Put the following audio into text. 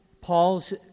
Paul's